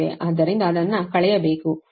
ಆದ್ದರಿಂದ ಅದನ್ನು ಕಳೆಯಬೇಕು